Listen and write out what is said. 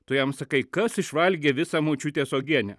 tu jam sakai kas išvalgė visą močiutės uogienę